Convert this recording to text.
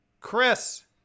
Chris